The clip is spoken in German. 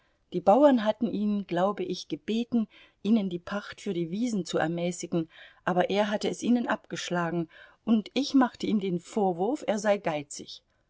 die bauern hatten ihn glaube ich gebeten ihnen die pacht für die wiesen zu ermäßigen aber er hatte es ihnen abgeschlagen und ich machte ihm den vorwurf er sei geizig